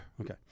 Okay